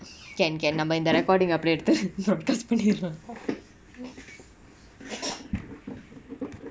can can nevermind the recording upgrade